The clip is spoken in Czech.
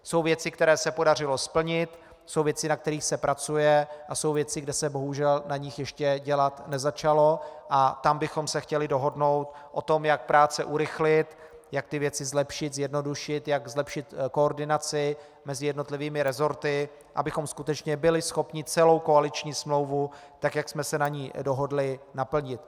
Jsou věci, které se podařilo splnit, jsou věci, na kterých se pracuje, a jsou věci, kde se bohužel na nich ještě dělat nezačalo, a tam bychom se chtěli dohodnout o tom, jak práce urychlit, jak věci zlepšit, zjednodušit, jak zlepšit koordinaci mezi jednotlivými resorty, abychom skutečně byli schopni celou koaliční smlouvu, tak jak jsme se na ní dohodli, naplnit.